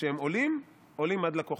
וכשהן עולין, עולין עד לכוכבים".